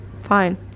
fine